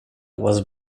was